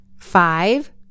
Five